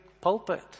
pulpit